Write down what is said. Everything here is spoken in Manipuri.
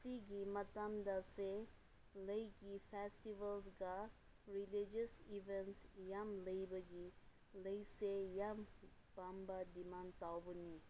ꯁꯤꯒꯤ ꯃꯇꯝꯗꯁꯦ ꯂꯩꯒꯤ ꯐꯦꯁꯇꯤꯕꯜꯁꯒ ꯔꯤꯂꯤꯖꯁ ꯏꯕꯦꯟꯁ ꯌꯥꯝ ꯂꯩꯕꯒꯤ ꯂꯩꯁꯦ ꯌꯥꯝ ꯄꯥꯝꯕ ꯗꯤꯃꯥꯟ ꯇꯧꯕꯅꯤ